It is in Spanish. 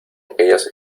aquellas